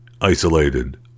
isolated